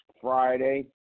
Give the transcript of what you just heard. Friday